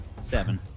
seven